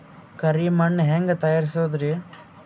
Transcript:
ಕರಿ ಮಣ್ ಹೆಂಗ್ ತಯಾರಸೋದರಿ?